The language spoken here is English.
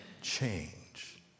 change